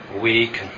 weak